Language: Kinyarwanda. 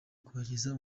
kubageza